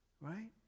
right